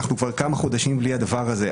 אנחנו כבר כמה חודשים בלי הדבר הזה,